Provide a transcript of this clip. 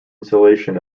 installation